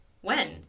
When